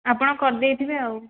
ଆପଣ କରିଦେଇଥିବେ ଆଉ